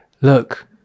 look